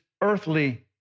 earthly